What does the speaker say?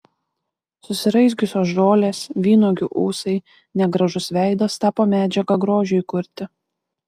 susiraizgiusios žolės vynuogių ūsai negražus veidas tapo medžiaga grožiui kurti